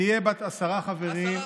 תהיה בת עשרה חברים.